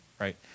Right